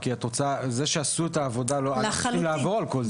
זה שעשו את העבודה, אנחנו צריכים לעבור על כל זה.